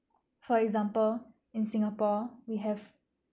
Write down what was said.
for example in singapore we have